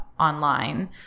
Online